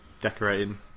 decorating